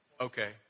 Okay